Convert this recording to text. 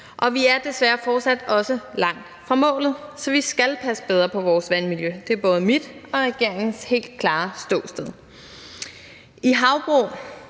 og vi er desværre fortsat også langt fra målet. Så vi skal passe bedre på vores vandmiljø. Det er både mit og regeringens helt klare ståsted.